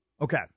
Okay